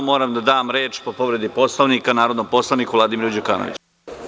Moram da dam reč po povredi Poslovnika narodnom poslaniku Vladimiru Đukanoviću.